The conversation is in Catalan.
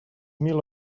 mil